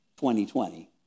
2020